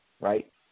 right